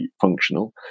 functional